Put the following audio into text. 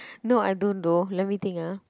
no I don't though let me think ah